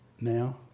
now